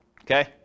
Okay